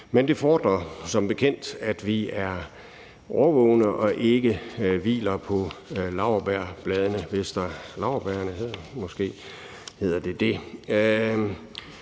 Men det fordrer som bekendt, at vi er årvågne og ikke hviler på laurbærrene.